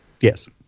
Yes